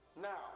Now